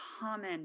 common